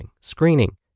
screening